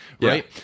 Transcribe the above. Right